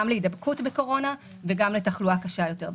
להידבקות בקורונה וגם לתחלואה קשה יותר בקורונה.